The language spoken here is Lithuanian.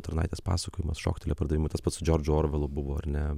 tarnaitės pasakojimas šoktelėjo pardavimus tas pats su džordžu orvelo buvo ar ne